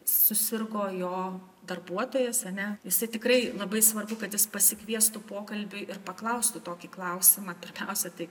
susirgo jo darbuotojas ane jisai tikrai labai svarbu kad jis pasikviestų pokalbiui ir paklaustų tokį klausimą pirmiausia tai